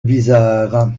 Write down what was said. bizarre